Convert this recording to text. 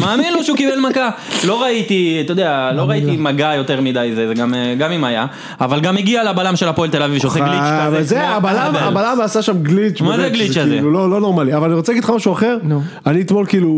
מאמין לו שהוא קיבל מכה. לא ראיתי, אתה יודע, לא ראיתי מגע יותר מידי, זה... וגם, גם אם היה. אבל גם הגיע לבלם של הפועל תל אביב שעושה גליץ' כזה. זה, הבלם, הבלם עשה שם גליץ'... מה זה הגליץ' הזה? כאילו לא, לא נורמלי. אבל אני רוצה להגיד לך משהו אחר. נו? אני אתמול כאילו...